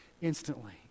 instantly